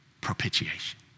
propitiation